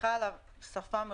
סליחה על השפה מראש,